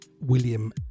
William